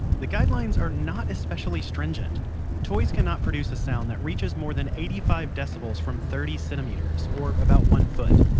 the guidelines are not especially stringent toys cannot produce a sound that reaches more than eighty five decibels from thirty centimeters, or about one foot.